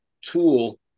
tool